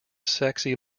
sexy